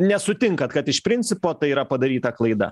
nesutinkat kad iš principo tai yra padaryta klaida